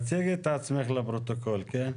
תציגי את עצמך לפרוטוקול, כן?